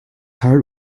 heart